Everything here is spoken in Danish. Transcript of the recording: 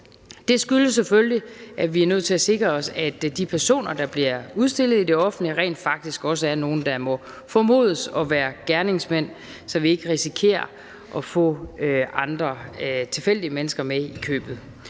Det skyldes selvfølgelig, at vi er nødt til at sikre os, at de personer, der bliver udstillet i det offentlige rum, rent faktisk også er nogle, der må formodes at være gerningsmænd, så vi ikke risikerer at få andre tilfældige mennesker med i købet.